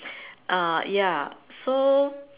uh ya so